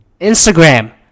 Instagram